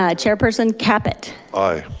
ah chairperson caput. aye.